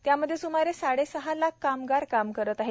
त्यामध्ये स्मारे साडेसहा लाख कामगार काम करत आहेत